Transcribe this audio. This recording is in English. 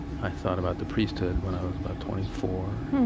i thought about the priesthood when i was about twenty four.